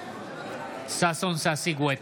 נגד ששון ששי גואטה,